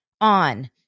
on